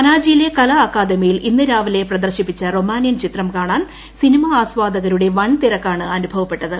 പനാജിയിലെ കലാഅക്കാദമിയിൽ ഇന്ന്രാവിലെ പ്രദർശിപ്പിച്ച റൊമാനിയൻ ചിത്രം കാണാൻ സിനിമാ ആസ്വാദകരുടെ വൻ തിരക്കാണ് അനുഭവപ്പെട്ടത്